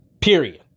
Period